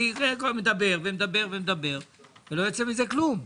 כי אני מדבר, מדבר ומדבר ולא יוצא מזה כלום.